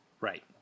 Right